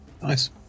Nice